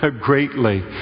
greatly